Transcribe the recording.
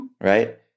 Right